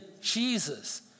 Jesus